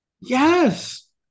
Yes